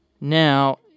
Now